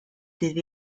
ddydd